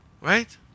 Right